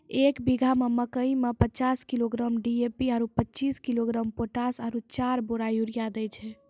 एक बीघा मे मकई मे पचास किलोग्राम डी.ए.पी आरु पचीस किलोग्राम पोटास आरु चार बोरा यूरिया दैय छैय?